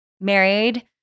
married